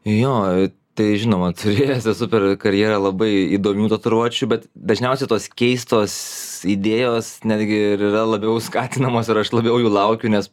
jo tai žinoma turės esu per karjerą labai įdomių tatuiruočių bet dažniausiai tos keistos idėjos netgi ir yra labiau skatinamos ir aš labiau jų laukiu nes